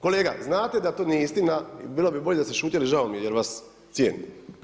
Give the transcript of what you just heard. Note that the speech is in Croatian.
Kolega, znate da to nije istina i bilo bi bolje da ste šutjeli, žao mi je jer vas cijenim.